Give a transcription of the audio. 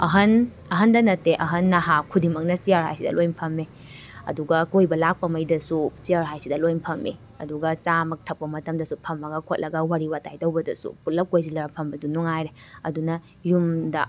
ꯑꯍꯟ ꯑꯍꯟꯗ ꯅꯠꯇꯦ ꯑꯍꯟ ꯅꯍꯥ ꯈꯨꯗꯤꯡꯃꯛꯅ ꯆꯤꯌꯔ ꯍꯥꯏꯁꯤꯗ ꯂꯣꯏ ꯐꯝꯃꯤ ꯑꯗꯨꯒ ꯀꯣꯏꯕ ꯂꯥꯛꯄ ꯉꯩꯗꯁꯨ ꯆꯤꯌꯔ ꯍꯥꯏꯁꯤꯗ ꯂꯣꯏ ꯐꯝꯃꯤ ꯑꯗꯨꯒ ꯆꯥ ꯃꯛ ꯊꯛꯄ ꯃꯇꯝꯗꯁꯨ ꯐꯝꯃꯒ ꯈꯣꯠꯂꯒ ꯋꯥꯔꯤ ꯋꯇꯥꯏ ꯇꯧꯕꯗꯁꯨ ꯄꯨꯂꯞ ꯀꯣꯏꯁꯤꯜꯂꯒ ꯐꯝꯕꯗꯨ ꯅꯨꯡꯉꯥꯏꯔꯦ ꯑꯗꯨꯅ ꯌꯨꯝꯗ